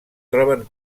troben